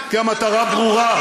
כי המטרה ברורה,